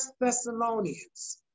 Thessalonians